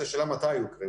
השאלה מתי הוא יקרה.